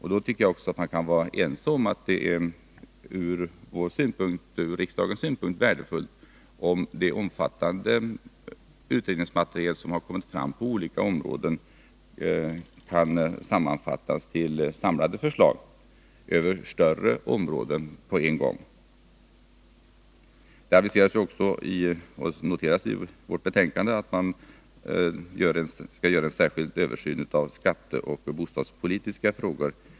Jag tycker att vi kan vara ense om att det ur riksdagens synpunkt är värdefullt om det omfattande utredningsmaterial som kommit fram på olika områden kan sammanfattas till samlade förslag som spänner över större områden på en gång. Det aviseras också — det noteras i vårt betänkande — en särskild översyn av skatteoch bostadspolitiska frågor.